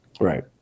Right